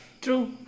True